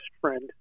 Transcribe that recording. friend